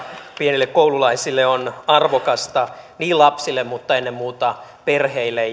pienille koululaisille on arvokasta lapsille mutta ennen muuta perheille